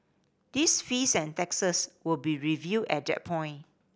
these fees and taxes will be reviewed at that point